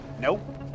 Nope